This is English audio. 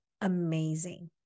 amazing